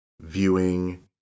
viewing